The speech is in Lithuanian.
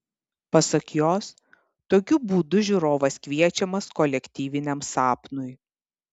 pasak jos tokiu būdu žiūrovas kviečiamas kolektyviniam sapnui